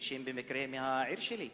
שהם במקרה מהעיר שלי?